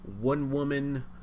one-woman